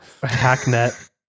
Hacknet